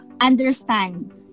understand